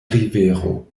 rivero